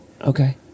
Okay